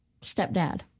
stepdad